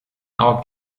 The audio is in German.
augen